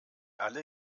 alle